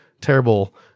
terrible